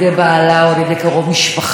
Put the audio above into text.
והיום אנחנו עוד זוכרים את שמה.